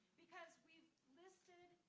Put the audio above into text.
because we listed,